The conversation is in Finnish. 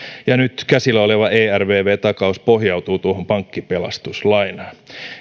ja nyt käsillä oleva ervv takaus pohjautuu tuohon pankkipelastuslainaan